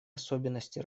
особенности